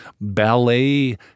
ballet